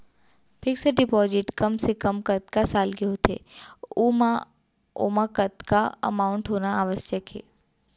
Fix deposit कम से कम कतका साल के होथे ऊ ओमा कतका अमाउंट होना आवश्यक हे?